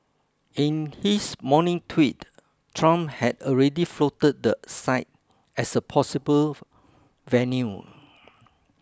in his morning tweet Trump had already floated the site as a possible venue